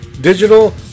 digital